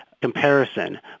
comparison